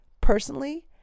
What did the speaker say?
personally